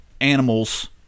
animals